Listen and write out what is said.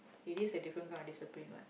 it is a different kind of discipline what